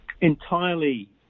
entirely